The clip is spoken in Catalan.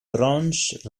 trons